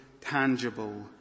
tangible